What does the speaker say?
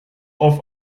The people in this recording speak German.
auf